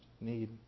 need